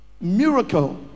Miracle